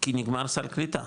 כי נגמר סל קליטה,